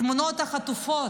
תמונות החטופות,